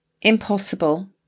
impossible